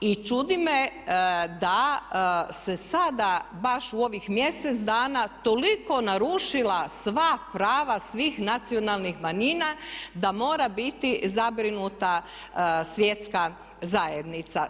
I čudi me da se sada baš u ovih mjesec dana toliko narušila sva prava svih nacionalnih manjina da mora biti zabrinuta svjetska zajednica.